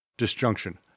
disjunction